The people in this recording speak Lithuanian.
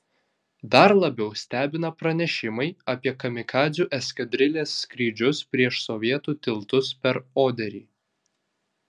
dar labiau stebina pranešimai apie kamikadzių eskadrilės skrydžius prieš sovietų tiltus per oderį